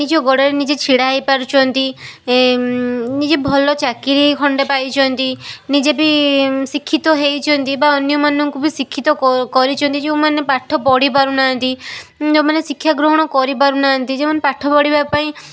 ନିଜ ଗୋଡ଼ରେ ନିଜେ ଛିଡ଼ା ହେଇପାରୁଛନ୍ତି ନିଜେ ଭଲ ଚାକିରି ଖଣ୍ଡେ ପାଇଛନ୍ତି ନିଜେ ବି ଶିକ୍ଷିତ ହେଇଛନ୍ତି ବା ଅନ୍ୟମାନଙ୍କୁ ବି ଶିକ୍ଷିତ କରିଚନ୍ତି ଯେଉଁମାନେ ପାଠ ପଢ଼ିପାରୁନାହାନ୍ତି ଯେଉଁମାନେ ଶିକ୍ଷା ଗ୍ରହଣ କରିପାରୁନାହାନ୍ତି ଯେଉଁମାନେ ପାଠ ପଢ଼ିବା ପାଇଁ